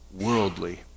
worldly